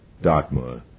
Dartmoor